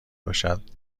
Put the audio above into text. باشد